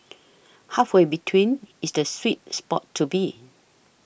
halfway between is the sweet spot to be